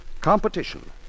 Competition